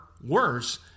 worse